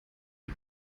die